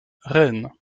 rennes